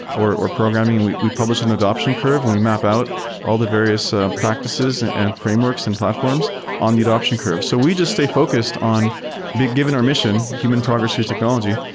or or programming, and we we publish an adoption curve and we map out all the various practices and and frameworks and platforms on the adoption curve. so we just stay focused on but giving our mission, human progress through technology.